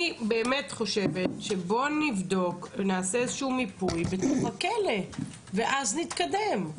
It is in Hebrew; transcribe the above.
אני באמת חושבת שבואו נבדוק ונעשה איזה מיפוי בתוך הכלא ואז נתקדם.